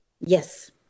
Yes